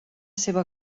seva